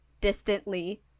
distantly